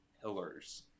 pillars